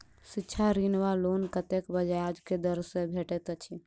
शिक्षा ऋण वा लोन कतेक ब्याज केँ दर सँ भेटैत अछि?